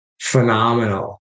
phenomenal